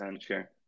sure